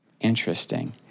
Interesting